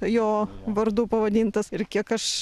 jo vardu pavadintas ir kiek aš